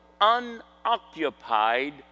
unoccupied